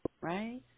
right